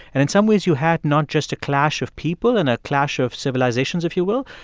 and in some ways, you had not just a clash of people and a clash of civilizations, if you will,